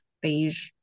beige